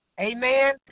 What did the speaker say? Amen